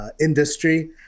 industry